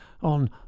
on